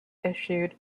issued